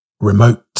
Remote